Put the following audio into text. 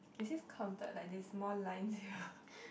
is this counted like the small lines here